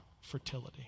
fertility